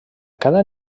cada